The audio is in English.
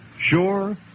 sure